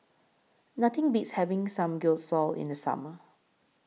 Nothing Beats having Samgyeopsal in The Summer